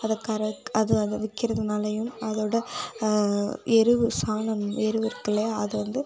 அதை கறக் அது அதை விற்கறதுனாலையும் அதோடய எரு சாணம் எரு இருக்கில்லையா அதை வந்து